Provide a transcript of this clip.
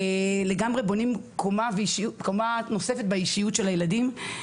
לגמרי בונים קומה נוספת באישיות של הילדים,